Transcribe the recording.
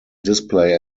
display